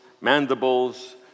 mandibles